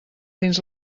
dins